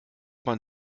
man